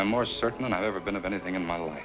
i'm more certain than i've ever been of anything in my life